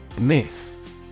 Myth